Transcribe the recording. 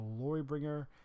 Glorybringer